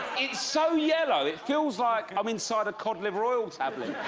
it's so yellow, it feels like i'm inside a cod-liver-oil tablet.